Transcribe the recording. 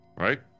Right